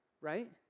right